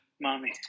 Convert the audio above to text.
Mommy